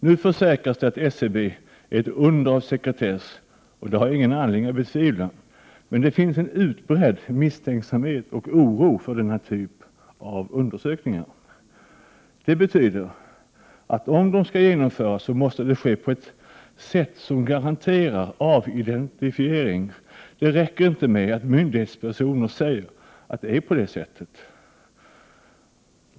Nu försäkras det att SCB är ett under av sekretess, och det har jag ingen anledning att betvivla. Men det finns en utbredd misstänksamhet och oro för denna typ av undersökningar. Det betyder att om de skall genomföras, måste det ske på ett sätt som garanterar avidentifiering. Det räcker inte med att myndighetspersoner säger att det är på det sättet.